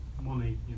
money